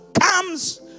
comes